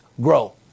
grow